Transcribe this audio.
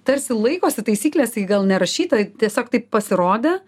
tarsi laikosi taisyklės ji gal nerašyta tiesiog taip pasirodė